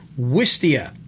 Wistia